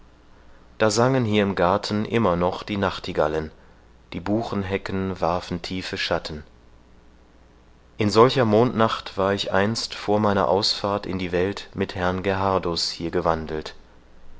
da sangen hier im garten immer noch die nachtigallen die buchenhecken warfen tiefe schatten in solcher mondnacht war ich einst vor meiner ausfahrt in die welt mit herrn gerhardus hier gewandelt